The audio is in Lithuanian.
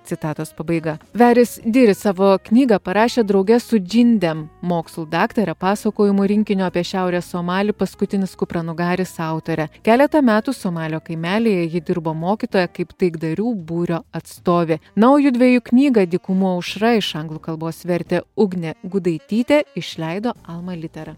citatos pabaiga veris diri savo knygą parašė drauge su džindėm mokslų daktare pasakojimų rinkinio apie šiaurės somalį paskutinis kupranugaris autorė keletą metų somalio kaimelyje ji dirbo mokytoja kaip taikdarių būrio atstovė na o jų dviejų knygą dykumų aušra iš anglų kalbos vertė ugnė gudaitytė išleido alma litera